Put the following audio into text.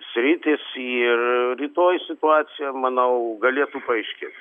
sritis ir rytoj situacija manau galėtų paaiškėt